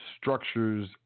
structures